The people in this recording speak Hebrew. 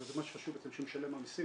וזה מה שחשוב אצל משלם המסים,